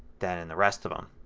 than in the rest of them.